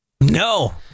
No